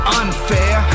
unfair